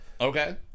Okay